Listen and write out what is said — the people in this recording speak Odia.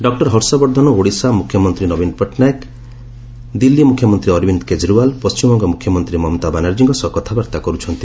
ଡକ୍ଟର ହର୍ଷବର୍ଦ୍ଧନ ଓଡ଼ିଶା ମ୍ରଖ୍ୟମନ୍ତ୍ରୀ ନବୀନ ପଟ୍ଟନାୟକ ଦିଲ୍ଲୀ ମୁଖ୍ୟମନ୍ତ୍ରୀ ଅରବିନ୍ଦ କେଜରିୱାଲ୍ ପଣ୍ଟିମବଙ୍ଗ ମୁଖ୍ୟମନ୍ତ୍ରୀ ମମତା ବାନାର୍ଜୀଙ୍କୀ ସହ କଥାବାର୍ତ୍ତା କରୁଛନ୍ତି